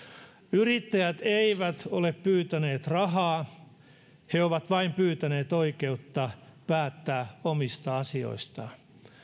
yrittäjät eivät ole pyytäneet rahaa he ovat vain pyytäneet oikeutta päättää omista asioistaan